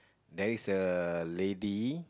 there is a lady